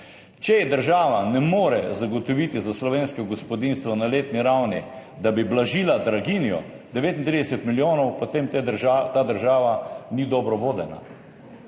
Če država ne more zagotoviti za slovenska gospodinjstva na letni ravni, da bi blažila draginjo, 39 milijonov, potem ta država ni dobro vodena.